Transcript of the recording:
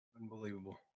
Unbelievable